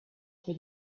for